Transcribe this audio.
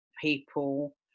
people